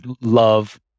love